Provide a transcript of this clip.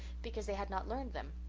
because they had not learned them.